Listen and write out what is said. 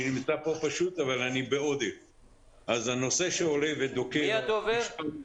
אז הנושא שעולה ודוקר --- מי הדובר?